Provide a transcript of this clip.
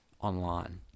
online